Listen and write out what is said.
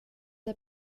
der